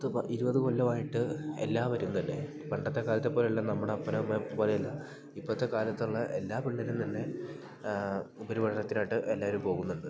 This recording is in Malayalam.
പത്ത് ഇരുപത് കൊല്ലമായിട്ട് എല്ലാവരുംതന്നെ പണ്ടത്തെ കാലത്തെ പോലെ അല്ല നമ്മുടെ അപ്പനമ്മയെപ്പോലെയല്ല ഇപ്പത്തെ കാലത്ത് ഉള്ള എല്ലാ പിള്ളേരും തന്നെ ഉപരിപഠനത്തിനായിട്ട് എല്ലാവരും പോകുന്നുണ്ട്